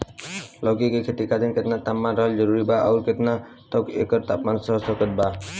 लौकी के खेती खातिर केतना तापमान रहल जरूरी बा आउर केतना तक एकर तापमान सह सकत बा?